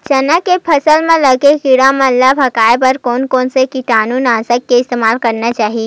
चना के फसल म लगे किड़ा मन ला भगाये बर कोन कोन से कीटानु नाशक के इस्तेमाल करना चाहि?